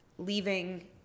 leaving